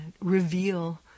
reveal